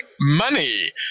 money